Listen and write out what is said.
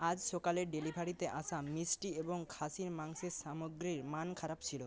আজ সকালে ডেলিভারিতে আসা মিষ্টি এবং খাসির মাংসের সামগ্রীর মান খারাপ ছিলো